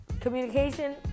communication